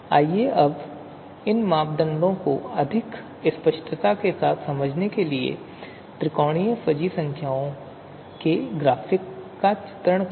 आइए अब इन मापदंडों को अधिक स्पष्टता के साथ समझने के लिए त्रिकोणीय फजी संख्याओं के ग्राफिक चित्रण को देखें